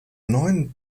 neun